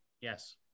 Yes